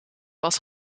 was